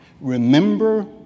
remember